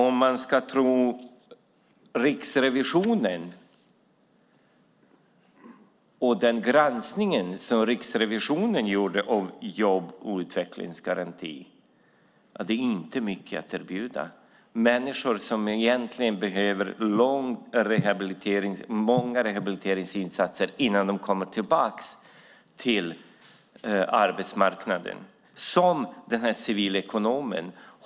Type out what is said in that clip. Om vi ska tro Riksrevisionens granskning av jobb och utvecklingsgarantin har man inte mycket att erbjuda människor som egentligen behöver lång rehabilitering och många rehabiliteringsinsatser, som den här civilekonomen.